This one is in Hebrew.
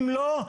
אם לא,